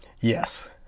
Yes